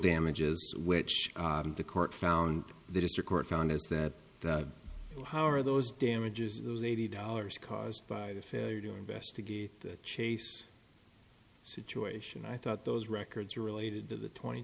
damages which the court found the district court found as that how are those damages those eighty dollars caused by the failure to investigate the chase situation i thought those records were related to the twenty